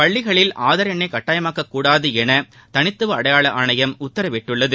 பள்ளிகளில் ஆதார் எண்ணை கட்டாயமாக்கக் கூடாதென தனித்துவ அடையாள ஆணையம் உத்தரவிட்டுள்ளது